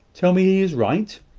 tell me he is right!